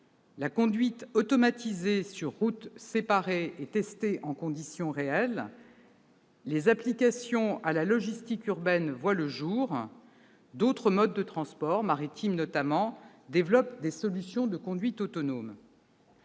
La conduite automatisée sur routes séparées est testée en conditions réelles. Les applications à la logistique urbaine voient le jour. D'autres modes de transport, notamment maritime, développent des solutions de conduite autonome.